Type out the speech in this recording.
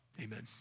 Amen